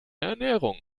ernährung